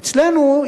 אצלנו,